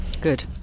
good